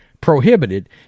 prohibited